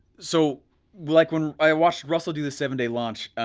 so like when i watched russel do the seven day launch,